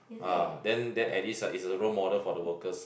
ah then then at least like is a role model for the workers